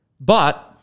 But-